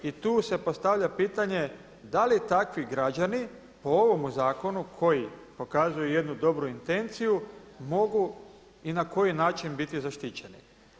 I tu se postavlja pitanje da li takvi građani po ovomu zakonu koji pokazuje jednu dobru intenciju mogu i na koji način biti zaštićeni?